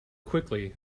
quickly